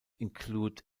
include